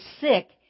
sick